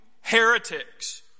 heretics